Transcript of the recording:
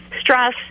Stress